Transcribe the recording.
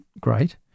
great